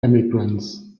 emigrants